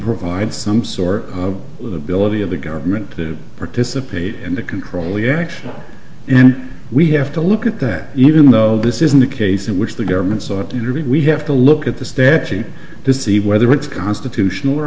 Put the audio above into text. provide some sort of ability of the government to participate and to control the action and we have to look at that even though this isn't a case in which the government sought to intervene we have to look at the statute this is the whether it's constitutional or